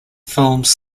films